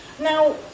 Now